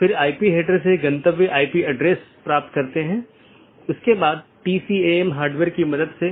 यह पूरे मेश की आवश्यकता को हटा देता है और प्रबंधन क्षमता को कम कर देता है